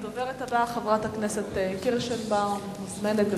הדוברת הבאה, חברת הכנסת פניה קירשנבאום, מוזמנת.